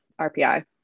RPI